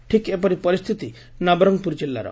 ଠିକ୍ ଏପରି ପରିସ୍ଥିତି ନବରଙ୍ଙପୁର କିଲ୍ଲାର